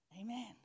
Amen